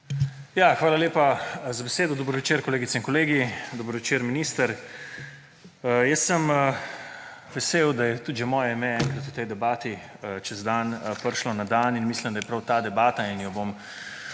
Hvala lepa za besedo. Dober večer, kolegice in kolegi. Dober večer, minister. Jaz sem vesel, da je tudi že moje ime enkrat v tej debati čez dan prišlo na dan; in mislim, da je prav ta debata in jo bomo